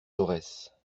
jaurès